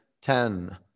ten